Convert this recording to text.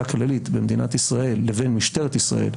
הכללית במדינת ישראל לבין משטרת ישראל,